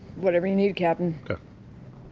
whatever you need, captain